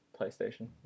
PlayStation